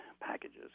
packages